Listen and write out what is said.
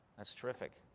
that's terrific.